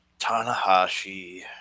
tanahashi